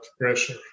pressure